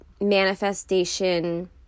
manifestation